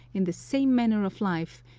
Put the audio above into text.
in the same manner of life,